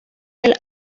del